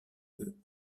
peu